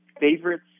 favorites